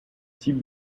type